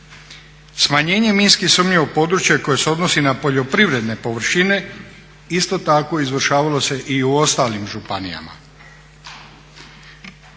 Smanjenje minski sumnjivog područja koje se odnosi na poljoprivredne površine isto tako izvršavalo se i u ostalim županijama.